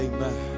Amen